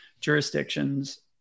jurisdictions